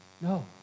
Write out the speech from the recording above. No